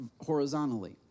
horizontally